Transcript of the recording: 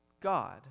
God